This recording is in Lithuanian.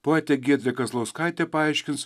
poetė giedrė kazlauskaitė paaiškins